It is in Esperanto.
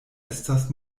estas